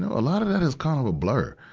a lot of that is kind of a blur.